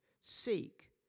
Seek